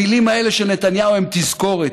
המילים האלה של נתניהו הן תזכורת,